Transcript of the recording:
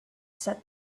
said